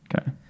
Okay